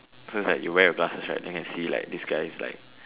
so you like wear your glasses right then you can see this guy is like